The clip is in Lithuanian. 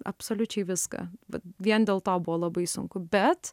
absoliučiai viską bet vien dėl to buvo labai sunku bet